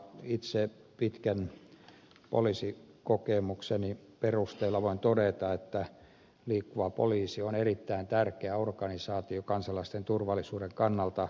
itse pitkän poliisikokemukseni perusteella voin todeta että liikkuva poliisi on erittäin tärkeä organisaatio kansalaisten turvallisuuden kannalta